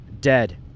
dead